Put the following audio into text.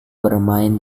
bermain